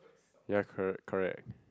ya correct correct